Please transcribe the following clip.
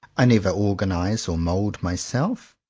i never organize or mould myself.